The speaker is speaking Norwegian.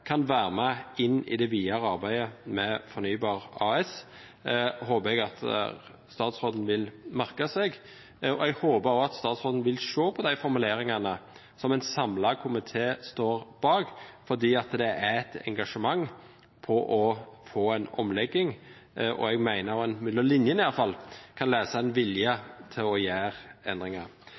kan være med inn i det videre arbeidet med Fornybar AS, håper jeg statsråden vil merke seg. Jeg håper også at statsråden vil se på de formuleringene som en samlet komité står bak, fordi det er et engasjement for å få en omlegging. Jeg mener også at man – mellom linjene, i hvert fall – kan lese en vilje til å gjøre endringer.